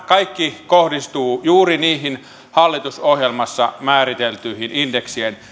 kaikki kohdistuvat juuri niihin hallitusohjelmassa määriteltyihin indeksien